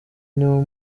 niwo